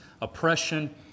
oppression